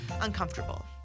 uncomfortable